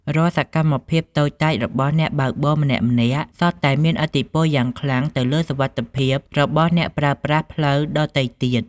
រាល់សកម្មភាពតូចតាចរបស់អ្នកបើកបរម្នាក់ៗសុទ្ធតែមានឥទ្ធិពលយ៉ាងខ្លាំងទៅលើសុវត្ថិភាពរបស់អ្នកប្រើប្រាស់ផ្លូវដ៏ទៃទៀត។